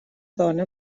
dona